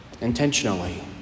intentionally